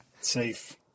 Safe